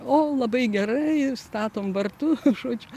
o labai gerai ir statom vartų žodžiu